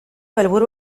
helburu